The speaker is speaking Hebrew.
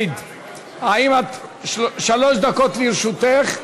שלוש דקות לרשותך.